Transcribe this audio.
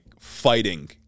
fighting